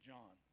John